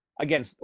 again